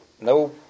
No